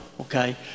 okay